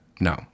No